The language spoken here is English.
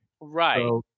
right